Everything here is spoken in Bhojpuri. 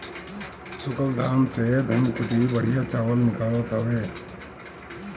सूखल धान से धनकुट्टी बढ़िया चावल निकालत हवे